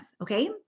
Okay